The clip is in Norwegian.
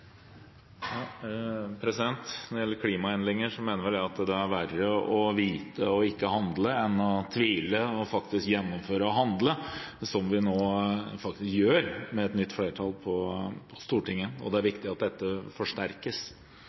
det er verre å vite og ikke handle enn å tvile og faktisk gjennomføre og handle, som vi nå faktisk gjør med et nytt flertall på Stortinget, og det er viktig at dette